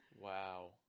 wow